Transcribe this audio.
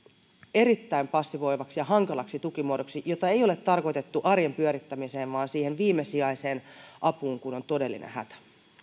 erittäin passivoivaksi ja hankalaksi tukimuodoksi jota ei ole tarkoitettu arjen pyörittämiseen vaan siihen viimesijaiseen apuun kun on todellinen hätä